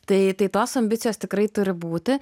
tai tai tos ambicijos tikrai turi būti